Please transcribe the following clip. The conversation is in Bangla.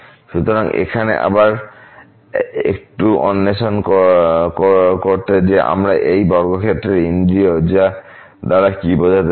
সুতরাং এখানে আবার একটু অন্বেষণ করতে যে আমরা এই বর্গক্ষেত্র ইন্দ্রিয় দ্বারা কি বোঝাতে চাই